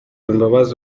imbabazi